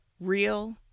real